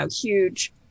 huge